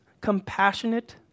compassionate